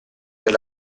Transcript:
del